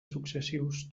successius